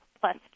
plus